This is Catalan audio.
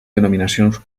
denominacions